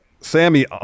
Sammy